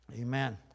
Amen